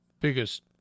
Biggest